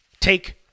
take